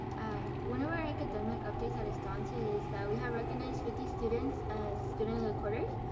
ah one of our academic updates at estancia is that we have recognized fifty students as student of the quarter,